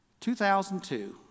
2002